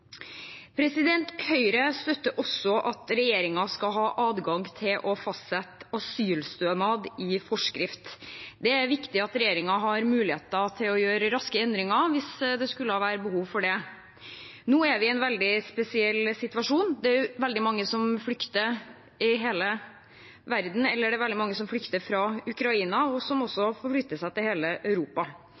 Høyre støtter også at regjeringen skal ha adgang til å fastsette asylstønad i forskrift. Det er viktig at regjeringen har mulighet til å gjøre endringer raskt hvis det skulle være behov for det. Nå er vi i en veldig spesiell situasjon. Det er veldig mange som flykter i hele verden, og det er veldig mange som flykter fra Ukraina, og som forflytter seg til hele Europa.